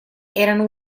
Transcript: erano